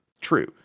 true